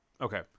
Okay